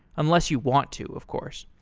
unless you want to, of course.